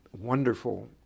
wonderful